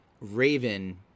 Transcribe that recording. Raven